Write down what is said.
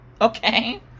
Okay